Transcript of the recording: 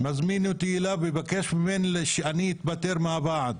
מזמין אותי אליו ומבקש ממני שאני אתפטר מהוועד.